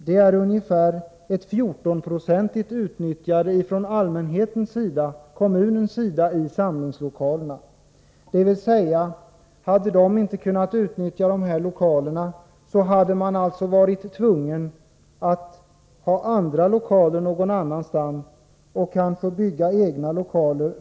Det innebär ett utnyttjande av dessa samlingslokaler på ungefär 14 90 från kommunens sida. Hade man inte kunnat utnyttja dessa lokaler hade man varit tvungen att ha andra lokaler någon annanstans och kanske bygga egna lokaler.